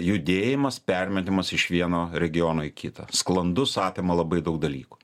judėjimas permetimas iš vieno regiono į kitą sklandus apima labai daug dalykų